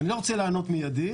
אני לא רוצה לענות מיידית,